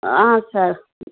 sir